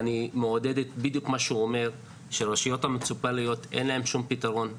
ואני מעודד את מה שהוא אומר שהרשויות המוניציפליות אין להן שום פתרון.